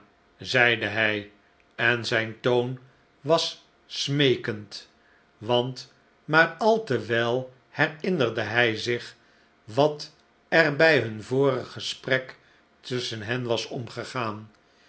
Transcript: zeide hij en zijn toon was smeekend want maar al te wel herinnerde hi zich wat er bij hum vorig gesprek tusschen hen was omgegaan